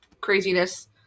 craziness